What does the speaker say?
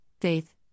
faith